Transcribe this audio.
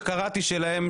בתקנות שלהם שקראתי אותן,